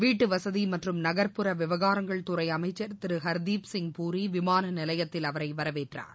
வீட்டு வசதி மற்றும் நகர்ப்புற விவகாரங்கள் அமைச்சர் திரு ஹர்திப்சிங் பூரி விமான நிலையத்தில் அவரை வரவேற்றார்